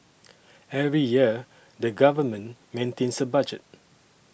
every year the government maintains a budget